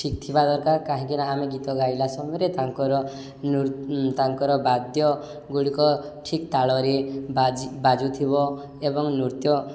ଠିକ୍ ଥିବା ଦରକାର କାହିଁକିନା ଆମେ ଗୀତ ଗାଇଲା ସମୟରେ ତାଙ୍କର ତାଙ୍କର ବାଦ୍ୟ ଗୁଡ଼ିକ ଠିକ୍ ତାଳରେ ବା ବାଜୁଥିବ ଏବଂ ନୃତ୍ୟ